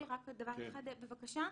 עוד דבר אחד בבקשה.